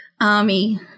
Army